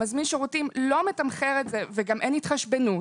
מזמין השירותים לא מתמחר את זה וגם אין התחשבנות